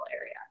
area